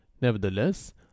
nevertheless